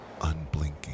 unblinking